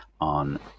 on